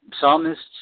psalmists